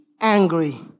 angry